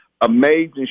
Amazing